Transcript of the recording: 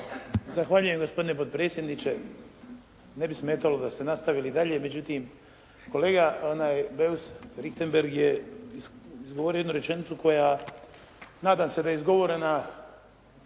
Zahvaljujem gospodine potpredsjedniče. Ne bi smetalo da ste nastavili dalje, međutim kolega Beus Richembergh je izgovorio jednu rečenicu koja nadam se da je izgovorena